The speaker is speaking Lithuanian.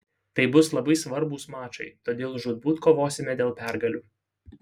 tai bus labai svarbūs mačai todėl žūtbūt kovosime dėl pergalių